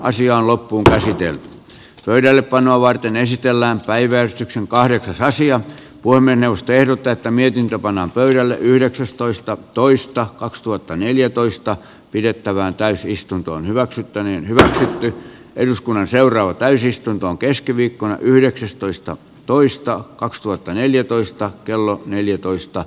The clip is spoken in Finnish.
asia on loppuunkäsitelty pöydällepanoa varten esitellään päiväystyksen kahdeksas aasian puolemme nostellut tätä mietintö pannaan pöydälle yhdeksästoista toista kaksituhattaneljätoista pidettävään täysistuntoon hyväksyttäneen hyväksytty eduskunnan seuraava täysistuntoon keskiviikkona yhdeksästoista toista kaksituhattaneljätoista kello työntekijät